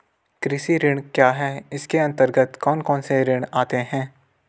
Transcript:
कृषि ऋण क्या है इसके अन्तर्गत कौन कौनसे ऋण आते हैं?